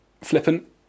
Flippant